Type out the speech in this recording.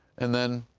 and then,